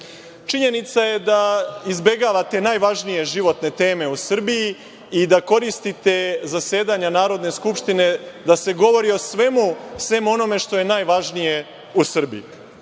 red. Činjenica je da izbegavate najvažnije životne teme u Srbiji i da koristite zasedanja Narodne skupštine da se govori o svemu, sem o onome što je najvažnije u Srbiji.